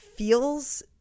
feels